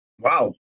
Wow